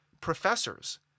professors